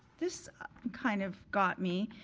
this kind of got me.